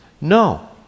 No